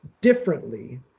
differently